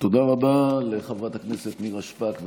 תודה רבה לחברת הכנסת נירה שפק,